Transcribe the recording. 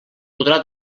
podrà